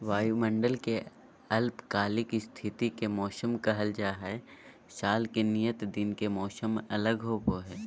वायुमंडल के अल्पकालिक स्थिति के मौसम कहल जा हई, साल के नियत दिन के मौसम अलग होव हई